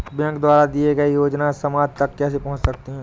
Bank द्वारा दिए गए योजनाएँ समाज तक कैसे पहुँच सकते हैं?